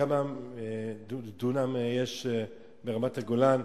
כמה דונם יש ברמת-הגולן?